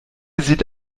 sieht